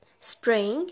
spring